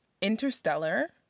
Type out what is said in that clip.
Interstellar